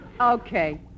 Okay